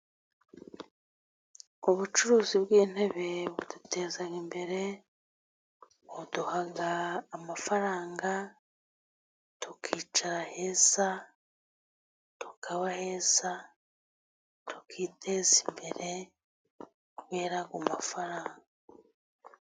Ubucuruzi bw'intebe buduteza imbere, buduha amafaranga, tukicara heza, tukaba heza, tukiteza imbere kubera ayo mafaranga.